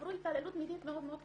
עברו התעללות מינית מאוד מאוד קשה.